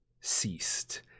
ceased